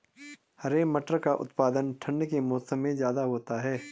हरे मटर का उत्पादन ठंड के मौसम में ज्यादा होता है